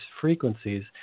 frequencies